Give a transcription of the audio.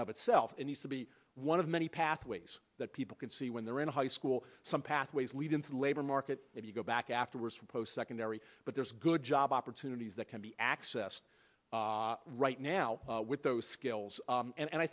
itself and has to be one of many pathways that people can see when they're in a high school some pathways lead into the labor market if you go back afterwards for post secondary but there's a good job opportunities that can be accessed right now with those skills and